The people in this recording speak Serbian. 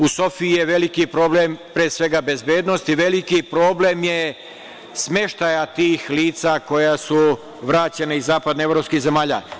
U Sofiji je veliki problem, pre svega bezbednost i smeštaj tih lica koja su vraćena iz zapadnoevropskih zemalja.